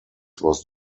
was